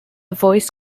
voiced